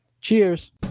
Cheers